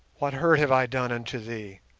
what hurt have i done unto thee?